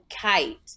Kite